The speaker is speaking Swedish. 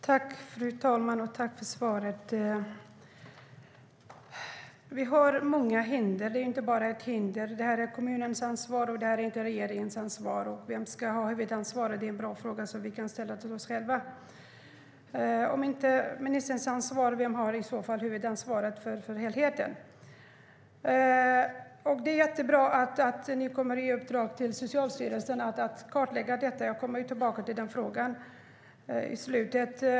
Fru talman! Tack, statsrådet, för svaret! Vi har många hinder; det är inte bara ett hinder. Det är kommunens och inte regeringens ansvar. Vem som ska ha huvudansvaret är en bra fråga som vi kan ställa oss själva. Om det inte är ministerns ansvar vem har i så fall huvudansvaret för helheten? Det är jättebra att ni kommer att ge Socialstyrelsen i uppdrag att kartlägga detta. Jag kommer att komma tillbaka till det.